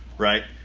right?